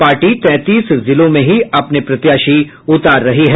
party तैंतीस जिलों में ही अपने प्रत्याशी उतार रही है